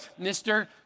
Mr